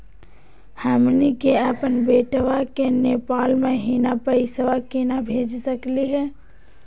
हमनी के अपन बेटवा क नेपाल महिना पैसवा केना भेज सकली हे?